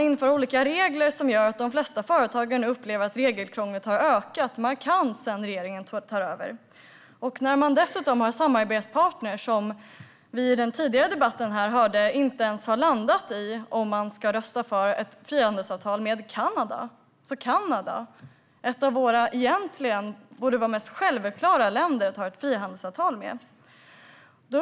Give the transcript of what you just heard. Många företagare upplever att regelkrånglet har ökat markant sedan regeringen tog över. Regeringen har dessutom en samarbetspartner som, vilket vi hörde i den tidigare debatten, inte ens har landat i om man ska rösta för ett frihandelsavtal med Kanada. Kanada borde vara ett av de mest självklara länderna att ha ett frihandelsavtal med.